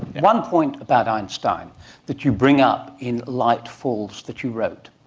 one point about einstein that you bring up in light falls that you wrote,